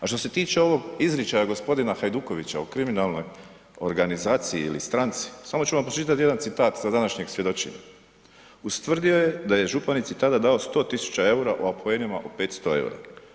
A što se tiče ovog izričaja gospodina Hajdukovića o kriminalnoj organizaciji ili stranci, samo ću vam pročitati jedan citat sa današnjeg svjedočenja: „Ustvrdio je da je županici tada dao 100 tisuća eura u apoenima po 500 eura.